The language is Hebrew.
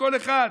לכל אחד,